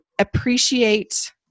appreciate